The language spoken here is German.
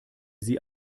sie